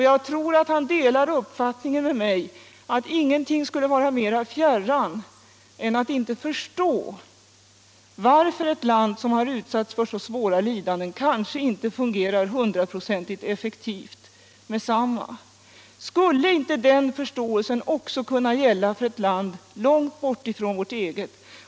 Jag tror att han delar min uppfattning att ingenting skulle vara oss mera fjärran än att inte förstå varför ett land som har utsatts för så svåra lidanden kanske inte fungerar hundraprocentigt effektivt med detsamma. Skulle inte den förståelsen också kunna gälla ett land långt borta från vårt eget?